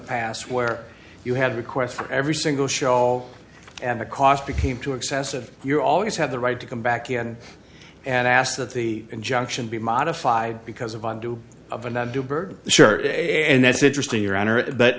pass where you had requests for every single show and the cost became too excessive you're always have the right to come back again and asked that the injunction be modified because of undue of and that doob or shirt and that's interesting your honor but